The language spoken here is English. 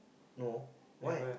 no why